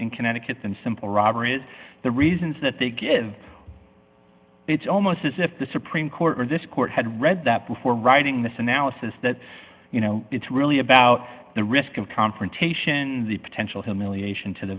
in connecticut than simple robbery is the reasons that they give it's almost as if the supreme court or this court had read that before writing this analysis that you know it's really about the risk of confrontation the potential to merely ation to the